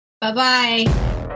Bye-bye